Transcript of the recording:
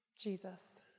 Jesus